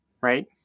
right